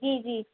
جی جی